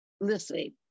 Listen